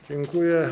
Dziękuję.